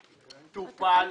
טופל.